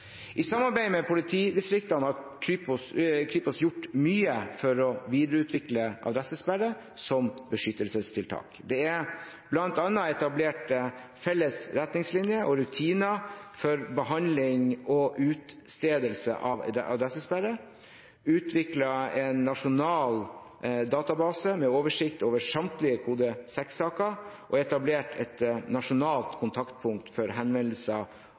I samarbeid med politidistriktene har Kripos gjort mye for å videreutvikle adressesperre som beskyttelsestiltak. Det er bl.a. etablert felles retningslinjer og rutiner for behandling og utstedelse av adressesperre, utviklet en nasjonal database med oversikt over samtlige kode 6-saker og etablert et nasjonalt kontaktpunkt for henvendelser